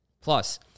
Plus